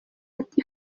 ati